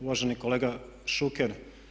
Uvaženi kolega Šuker.